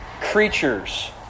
creatures